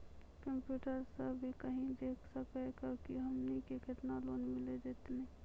Computer सा भी कही देख सकी का की हमनी के केतना लोन मिल जैतिन?